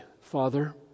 Father